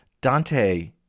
Dante